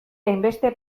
hainbeste